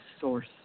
source